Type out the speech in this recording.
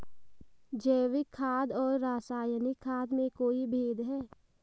जैविक खाद और रासायनिक खाद में कोई भेद है?